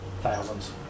Thousands